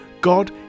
God